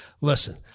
Listen